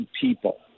people